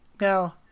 Now